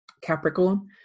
Capricorn